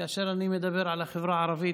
כאשר אני מדבר על החברה הערבית,